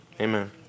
Amen